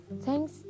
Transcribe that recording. thanks